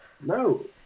No